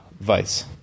vice